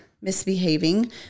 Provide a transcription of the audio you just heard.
misbehaving